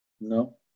No